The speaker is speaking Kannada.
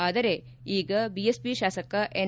ಆದರೆ ಈಗ ಬಿಎಸ್ಪಿ ಶಾಸಕ ಎನ್